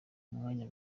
n’umwanya